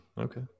Okay